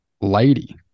lady